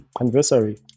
anniversary